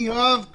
יואב קריים,